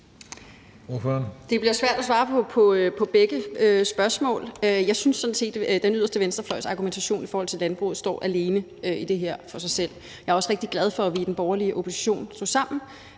Det bliver svært at svare på begge spørgsmål. Jeg synes sådan set, at den yderste venstrefløjs argumentation i forhold til landbruget står alene i det her og for sig selv. Jeg er også rigtig glad for, at vi i den borgerlige opposition stod sammen